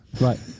right